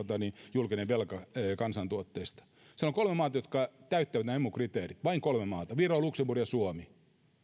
julkinen velka kuusikymmentä prosenttia kansantuotteesta siellä on kolme maata jotka täyttävät nämä emu kriteerit vain kolme maata viro luxemburg ja suomi